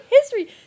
history